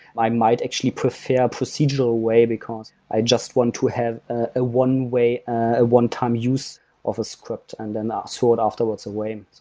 i might actually prefer procedural way because i just want to have a one way, a onetime use of a script and then ah sort it afterwards away.